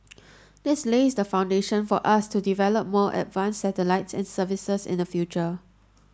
this lays the foundation for us to develop more advanced satellites and services in the future